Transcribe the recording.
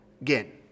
Again